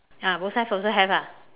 ya both sides also have ah